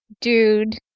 dude